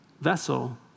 vessel